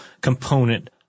component